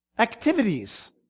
activities